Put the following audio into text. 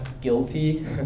guilty